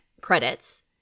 credits